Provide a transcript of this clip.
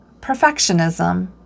perfectionism